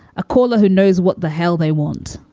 a caller who knows what the hell they want.